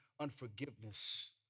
unforgiveness